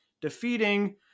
defeating